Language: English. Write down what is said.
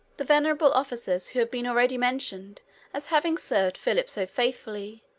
the venerable officers who have been already mentioned as having served philip so faithfully,